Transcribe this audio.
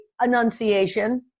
annunciation